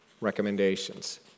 recommendations